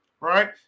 right